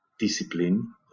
Discipline